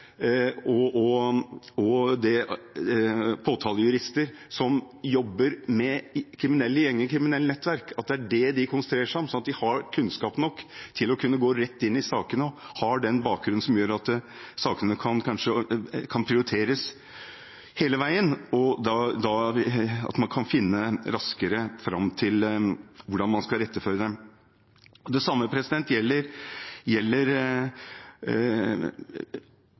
og påtalejurister som jobber med kriminelle gjenger, kriminelle nettverk, at det er det de konsentrerer seg om, sånn at de har kunnskap nok til å kunne gå rett inn i sakene og har den bakgrunnen som gjør at sakene kan prioriteres hele veien, og at man da kan finne raskere fram til hvordan man skal iretteføre dem. Det samme gjelder